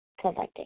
collecting